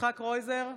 יצחק קרויזר,